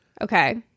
Okay